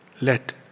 let